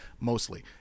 mostly